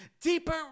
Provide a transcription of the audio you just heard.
deeper